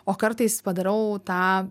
o kartais padarau tą